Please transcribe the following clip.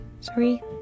sorry